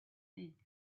length